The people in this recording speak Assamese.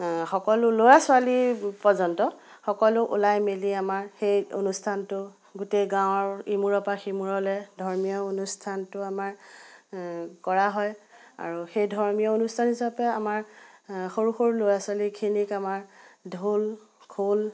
সকলো ল'ৰা ছোৱালী পৰ্যন্ত সকলো ওলাই মেলি আমাৰ সেই অনুষ্ঠানটো গোটেই গাঁৱৰ ইমূৰৰ পৰা সিমূৰলৈ ধৰ্মীয় অনুষ্ঠানটো আমাৰ কৰা হয় আৰু সেই ধৰ্মীয় অনুষ্ঠান হিচাপে আমাৰ সৰু সৰু ল'ৰা ছোৱালীখিনিক আমাৰ ঢোল খোল